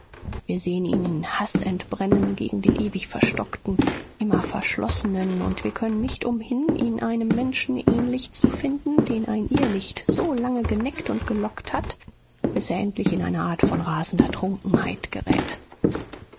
wir sehen ihn in haß entbrennen gegen den ewig verstockten immer verschlossenen und wir können nicht umhin ihn einem menschen ähnlich zu finden den ein irrlicht so lange geneckt und gelockt hat bis er endlich in eine art von rasender trunkenheit gerät